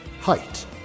Height